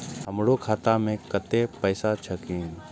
हमरो खाता में कतेक पैसा छकीन?